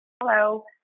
Hello